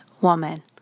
woman